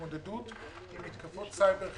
להתמודדות עם מתקפות סייבר חיצוניות,